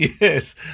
Yes